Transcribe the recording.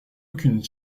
aucune